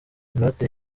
inote